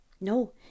No